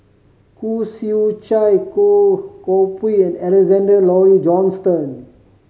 Khoo Swee Chiow Goh Koh Pui and Alexander Laurie Johnston